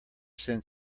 send